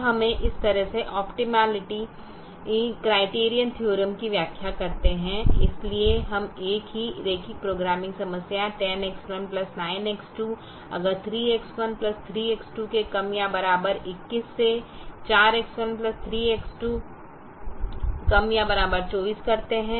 अब हमें इस तरह से ऑपटिमालिटी क्राइटीरीअन थीअरम की व्याख्या करते हैं इसलिए हम एक ही रैखिक प्रोग्रामिंग समस्या 10X19X2 अगर 3X13X2 के कम या बराबर 21 से 4X13X2 कम या बराबर 24 करते हैं